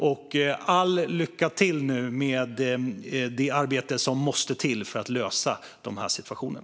Jag önskar all lycka med det arbete som måste till för att lösa situationen.